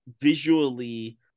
visually